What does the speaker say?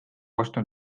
ostnud